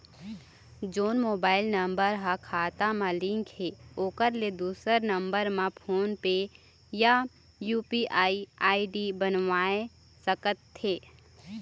जोन mobile number हा खाता मा लिन्क हे ओकर ले दुसर नंबर मा फोन पे या यू.पी.आई आई.डी बनवाए सका थे?